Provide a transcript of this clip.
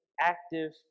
active